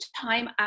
time